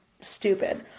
stupid